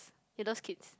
he loves kids